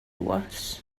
was